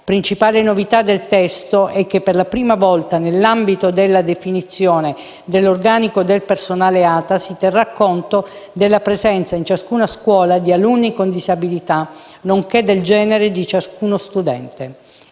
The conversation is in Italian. Principale novità del testo è che, per la prima volta, nell'ambito della definizione dell'organico del personale ATA, si terrà conto della presenza in ciascuna scuola di alunni con disabilità, nonché del genere di ciascuno studente.